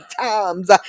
times